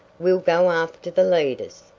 we'll go after the leaders.